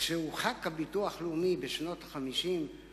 כשנחקק חוק הביטוח הלאומי בשנות ה-50,